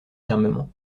fermement